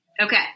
Okay